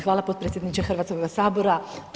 Hvala podpredsjedniče Hrvatskoga sabora.